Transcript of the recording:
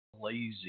lazy